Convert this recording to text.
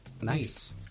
Nice